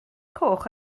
coch